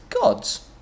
gods